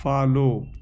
follow